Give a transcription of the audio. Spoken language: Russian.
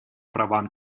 правам